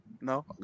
No